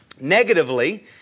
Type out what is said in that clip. Negatively